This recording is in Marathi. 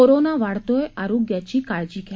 कोरोना वाढतोय आरोग्याची काळजी घ्या